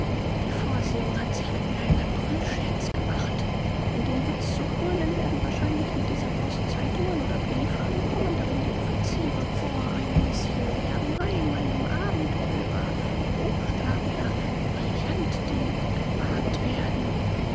die vorsehung hat sich mit mir einen aprilscherz gemacht um den witz zu krönen werden wahrscheinlich mit dieser post zeitungen oder briefe ankommen darin die offiziere vor einem monsieur erbenheim einem abenteurer hochstapler brillantdieb gewarnt werden